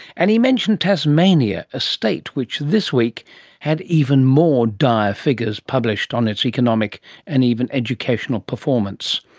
and he mentioned tasmania, a state which this week had even more dire figures published on its economic and even educational performance.